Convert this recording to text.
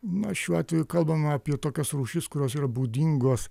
na šiuo atveju kalbama apie tokias rūšis kurios yra būdingos